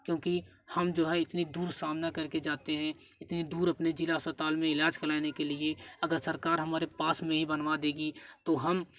क्योंकि हम जो है इतनी दूर सामना करके जाते हैं इतनी दूर अपने जिला अस्पताल में इलाज कराने के लिए अगर सरकार हमारे पास में ही बनवा देगी तो हम